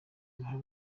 uruhare